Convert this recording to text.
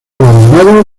abandonado